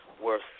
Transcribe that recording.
worth